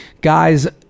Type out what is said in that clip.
guys